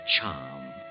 charm